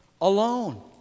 alone